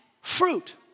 fruit